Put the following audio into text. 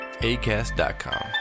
ACAST.com